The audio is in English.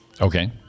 Okay